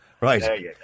Right